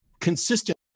consistent